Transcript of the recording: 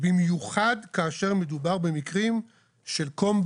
במיוחד כאשר מדובר במקרים של combat